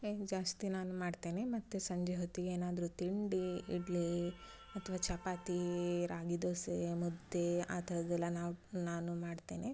ಹಿಂಗೆ ಜಾಸ್ತಿ ನಾನು ಮಾಡ್ತೇನೆ ಮತ್ತು ಸಂಜೆ ಹೊತ್ತಿಗೇನಾದರೂ ತಿಂಡಿ ಇಡ್ಲಿ ಅಥವಾ ಚಪಾತಿ ರಾಗಿ ದೋಸೆ ಮುದ್ದೆ ಆ ಥರದ್ದೆಲ್ಲ ನಾವು ನಾನು ಮಾಡ್ತೇನೆ